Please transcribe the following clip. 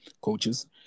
coaches